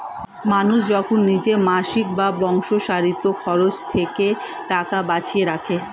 মানুষ যখন নিজের মাসিক বা বাৎসরিক খরচের থেকে টাকা বাঁচিয়ে রাখে